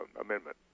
amendment